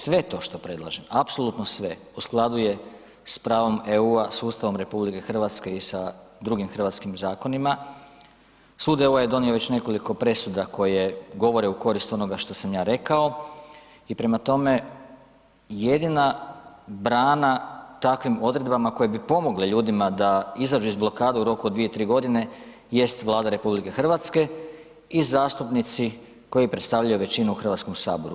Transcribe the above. Sve to što predlažem, apsolutno sve u skladu je s pravom EU-a, sustavom RH i sa drugim hrvatskim zakonima, sud EU-a je donio već nekoliko presuda koje govore u korist onoga što sam ja rekao i prema tome, jedina brana takvim odredbama koje bi pomogle ljudima da izađu iz blokade u roku od 2, 3 g. jest Vlada RH i zastupnici koji predstavljaju većinu u Hrvatskom saboru.